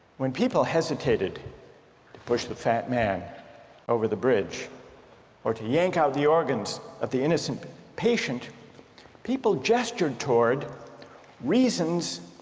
when people hesitated to push the fat man over the bridge or to yank out the organs of the innocent patient people gestured towards reasons